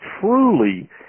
truly